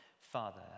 Father